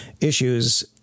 issues